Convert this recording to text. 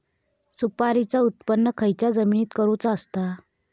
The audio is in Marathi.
सुपारीचा उत्त्पन खयच्या जमिनीत करूचा असता?